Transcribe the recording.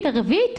ערבית,